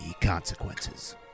consequences